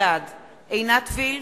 בעד עינת וילף,